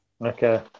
Okay